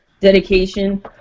dedication